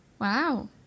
wow